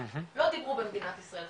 לא דיברו במדינת ישראל חקלאות.